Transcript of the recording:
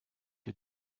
you